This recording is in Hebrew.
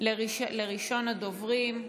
לראשון הדוברים,